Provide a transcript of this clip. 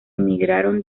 emigraron